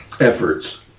efforts